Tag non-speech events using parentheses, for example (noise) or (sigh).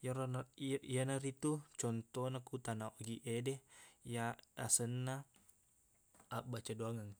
iyerona iye- iyenaritu contona ku tana ogiq ede iya asenna (noise) abbaca doangeng